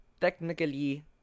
technically